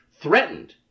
threatened